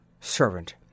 Servant